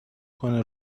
کنه